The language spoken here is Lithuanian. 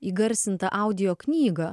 įgarsinta audio knygą